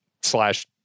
slash